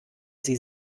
sie